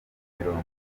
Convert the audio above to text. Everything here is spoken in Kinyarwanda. mirongo